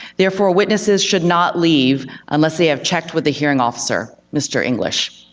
therefore witnesses should not leave unless they have checked with the hearing officer, mr. english.